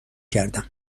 کردم